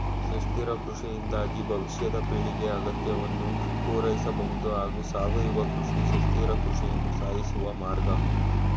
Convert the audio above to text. ಸುಸ್ಥಿರ ಕೃಷಿಯಿಂದಾಗಿ ಭವಿಷ್ಯದ ಪೀಳಿಗೆ ಅಗತ್ಯವನ್ನು ಪೂರೈಸಬಹುದು ಹಾಗೂ ಸಾವಯವ ಕೃಷಿ ಸುಸ್ಥಿರ ಕೃಷಿಯನ್ನು ಸಾಧಿಸುವ ಮಾರ್ಗ